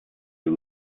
you